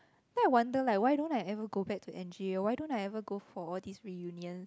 then I wonder like why don't I ever go back to N_J or why don't I ever go for all these reunions